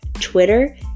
Twitter